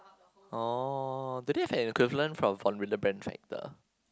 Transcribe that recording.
oh do they have an equivalent for